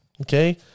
okay